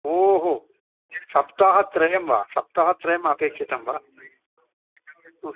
ओ हो सप्ताहत्रयं वा सप्ताहत्रयम् अपेक्षितं वा ह